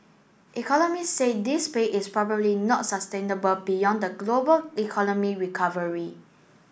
economists said this pace is probably not sustainable beyond the global economic recovery